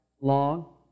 long